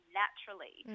naturally